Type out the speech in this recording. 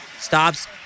stops